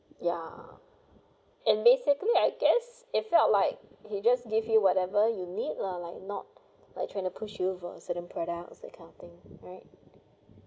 ya and basically I guess it felt like he just give you whatever you need lah like not like trying to push you for certain products that kind of thing right